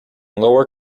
lower